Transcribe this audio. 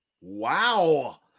Wow